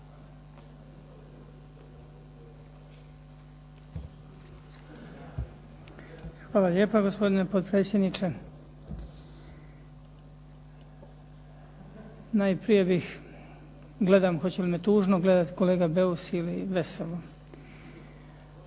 Hvala lijepa gospodine potpredsjedniče. Najprije bih, gledam hoće li me tužno gledati kolega Beus ili veselo. Ne